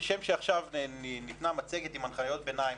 וכשם שעכשיו ניתנה מצגת עם הנחיות ביניים